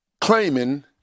claiming